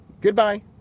goodbye